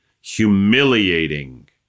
humiliating